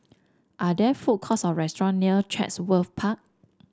are there food courts or restaurant near Chatsworth Park